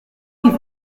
qu’il